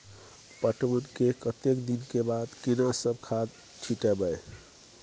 पटवन के कतेक दिन के बाद केना सब खाद छिटबै?